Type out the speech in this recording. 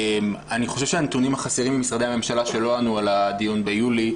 אני חושב שהנתונים החסרים ממשרדי הממשלה שלא ענו על הדיון ביולי,